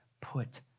put